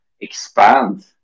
expand